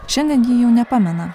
šiandien ji jau nepamena